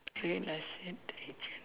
real estate agent